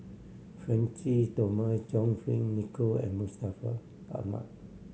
Francis Thomas John Fearn Nicoll and Ahmad